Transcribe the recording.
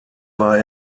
war